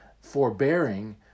forbearing